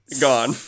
gone